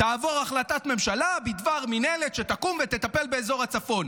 תעבור החלטת ממשלה בדבר מינהלת שתקום ותטפל באזור הצפון.